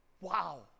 Wow